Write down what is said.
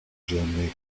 germany